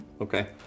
Okay